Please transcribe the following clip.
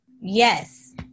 yes